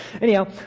Anyhow